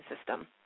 system